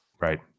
Right